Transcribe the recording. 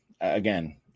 again